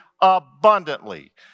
abundantly